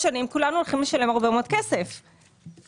שכולנו הולכים לשלם הרבה מאוד כסף עוד שלוש שנים.